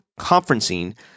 conferencing